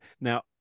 Now